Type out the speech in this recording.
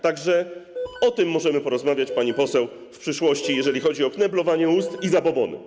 Tak że o tym możemy porozmawiać, pani poseł, w przyszłości, jeżeli chodzi o kneblowanie ust i zabobony.